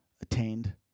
attained